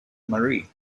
marie